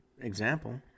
example